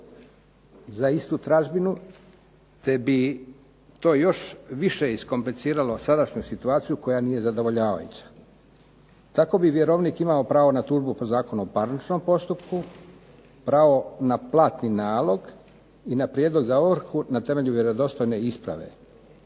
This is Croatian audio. za istu tražbinu, te bi to još više iskompliciralo sadašnju situaciju koja nije zadovoljavajuća. Tako bi vjerovnik imao pravo na tužbu po Zakonu o parničnom postupku, pravo na platni nalog i na prijedlog za ovrhu na temelju vjerodostojne isprave,